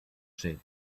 said